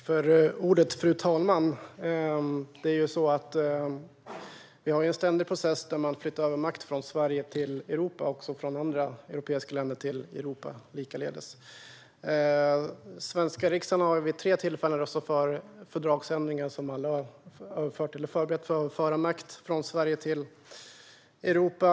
Fru talman! Det pågår ju en ständig process där makt flyttas över från Sverige till Europa och likaledes från andra europeiska länder till Europa. Den svenska riksdagen har vid tre tillfällen röstat för fördragsändringar som har överfört eller förberett för att överföra makt från Sverige till Europa.